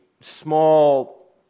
small